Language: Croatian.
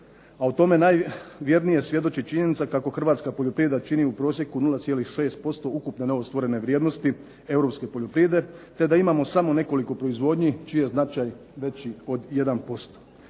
a o tome najvjernije svjedoči činjenica kako Hrvatska poljoprivreda čini u prosjeku 0,6% ukupne novostvorene vrijednosti Europske poljoprivrede, te da imamo samo nekoliko proizvodnji čiji je značaj veći od 1%.